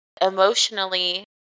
emotionally